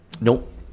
Nope